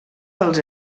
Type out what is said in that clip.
pels